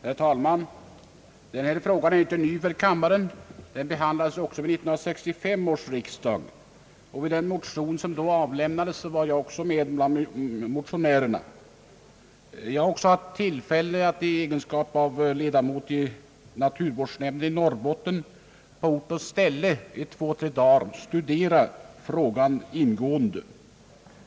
Herr talman! Denna fråga är inte ny för kammaren. Den behandlades också vid 1965 års riksdag. Jag var också med bland undertecknarna av den motion som då framlades. Jag har också haft tillfälle att i egenskap av ledamot i naturvårdsnämnden i Norrbotten på ort och ställe under två—tre dagar studera frågan ingående.